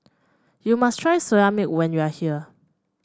you must try Soya Milk when you are here